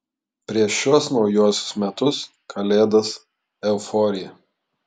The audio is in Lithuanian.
prieš šiuos naujuosius metus kalėdas euforija